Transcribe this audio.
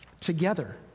together